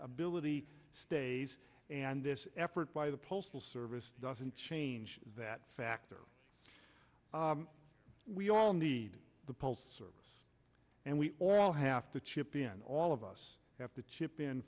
ability stays and this effort by the postal service doesn't change that fact or we all need the pole service and we all have to chip in all of us have to chip in